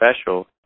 special